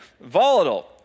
Volatile